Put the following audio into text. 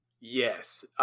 Yes